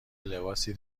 لباس